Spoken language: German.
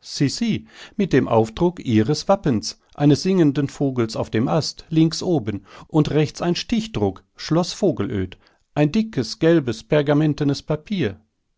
si si mit dem aufdruck ihres wappens eines singenden vogels auf dem ast links oben und rechts ein stichdruck schloß vogelöd ein dickes gelbes pergamentenes papier